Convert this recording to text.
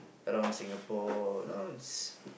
around Singapore you know its